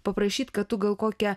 paprašyti kad tu gal kokią